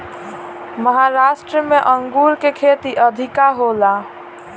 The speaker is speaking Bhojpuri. महाराष्ट्र में अंगूर के खेती अधिका होला